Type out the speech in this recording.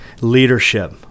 leadership